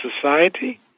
society